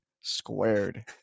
squared